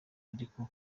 ariko